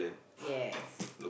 yes